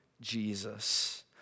Jesus